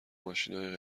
ماشینای